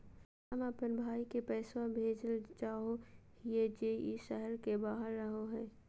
हम अप्पन भाई के पैसवा भेजल चाहो हिअइ जे ई शहर के बाहर रहो है